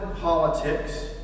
politics